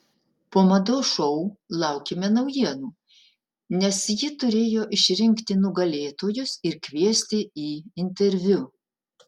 po mados šou laukėme naujienų nes ji turėjo išrinkti nugalėtojus ir kviesti į interviu